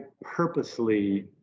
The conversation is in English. purposely